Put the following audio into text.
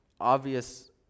obvious